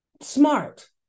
smart